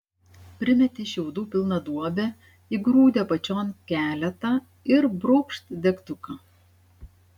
primeti šiaudų pilną duobę įgrūdi apačion keletą ir brūkšt degtuką